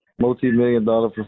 Multi-million-dollar